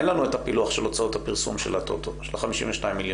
אין לנו את הפילוח של הוצאות הפרסום של הטוטו ה-52 מיליון?